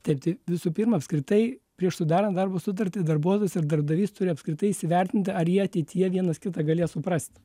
taip tai visų pirma apskritai prieš sudarant darbo sutartį darbuotojas ir darbdavys turi apskritai įsivertinti ar jie ateityje vienas kitą galės suprast